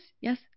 Yes